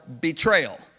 betrayal